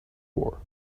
war